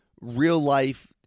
real-life